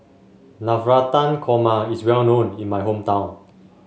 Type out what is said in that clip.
Navratan Korma is well known in my hometown